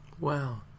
Wow